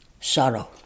Sorrow